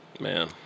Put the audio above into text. Man